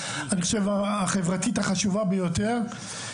אני חושב החברתית החשובה ביותר.